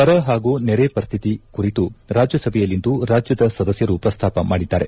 ಬರ ಹಾಗೂ ನೆರೆ ಪರಿಸಿತಿ ಕುರಿತು ರಾಜ್ಯಸಭೆಯಲ್ಲಿಂದು ರಾಜ್ಯದ ಸದಸ್ವರು ಪ್ರಸ್ತಾಪ ಮಾಡಿದ್ದಾರೆ